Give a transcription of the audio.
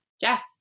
Jeff